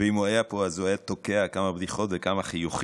ואם הוא היה פה אז הוא היה תוקע כמה בדיחות וכמה חיוכים.